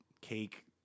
cake